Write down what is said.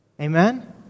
Amen